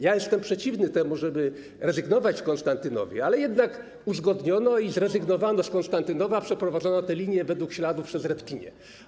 Jestem przeciwny temu, żeby rezygnować z Konstantynowa, ale jednak uzgodniono i zrezygnowano z Konstantynowa, przeprowadzono tę linię według śladów przez Retkinię.